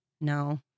No